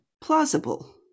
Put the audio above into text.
plausible